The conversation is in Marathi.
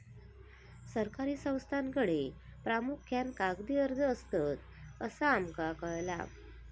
सरकारी संस्थांकडे प्रामुख्यान कागदी अर्ज असतत, असा आमका कळाला